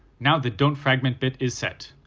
now the don't fragment bit is set.